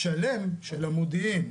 השלם של המודיעין,